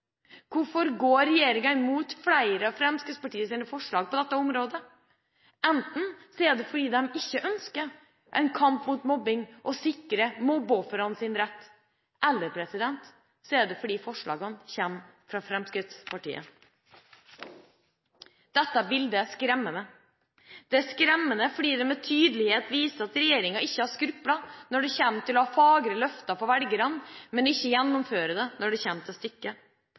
Hvorfor går regjeringa imot flere av Fremskrittspartiets forslag på dette området? Enten er det fordi man ikke ønsker en kamp mot mobbing, og å sikre mobbeofrenes rett, eller så er det fordi forslagene kommer fra Fremskrittspartiet. Dette bildet er skremmende. Det er skremmende fordi det med tydelighet viser at regjeringa ikke har skrupler når det gjelder å ha fagre løfter til velgerne, men ikke gjennomfører det når det kommer til stykket. Det er skremmende fordi man aktivt velger å